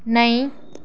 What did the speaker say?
नेईं